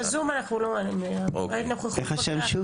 בזום אנחנו לא מעוניינים, הנוכחות היא בוועדה.